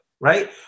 right